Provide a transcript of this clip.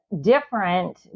different